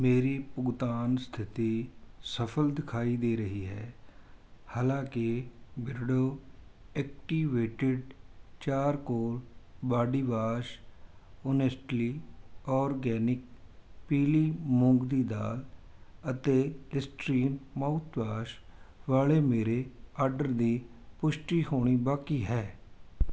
ਮੇਰੀ ਭੁਗਤਾਨ ਸਥਿਤੀ ਸਫ਼ਲ ਦਿਖਾਈ ਦੇ ਰਹੀ ਹੈੈ ਹਾਲਾਂਕਿ Beardo activated charcoal body wash honestly organic ਪੀਲੀ ਮੂੰਗ ਦੀ ਦਾਲ ਅਤੇ ਲਿਸਟ੍ਰੀਨ ਮਾਊਥਵਾਸ਼ ਵਾਲੇ ਮੇਰੇ ਆਡਰ ਦੀ ਪੁਸ਼ਟੀ ਹੋਣੀ ਬਾਕੀ ਹੈ